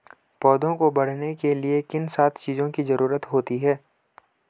पौधों को बढ़ने के लिए किन सात चीजों की जरूरत होती है?